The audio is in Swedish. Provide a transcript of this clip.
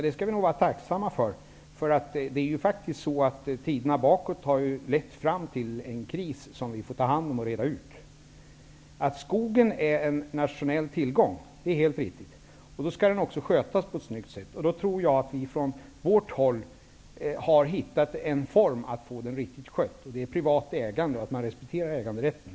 Det är ju faktiskt så att tiderna har lett fram till en kris som vi får reda ut. Det är helt riktigt att skogen är en nationell tillgång. Men den skall då också skötas på ett bra sätt. Jag tror att vi har hittat en form att få den riktigt skött, nämligen privat ägande, och att man respekterar äganderätten.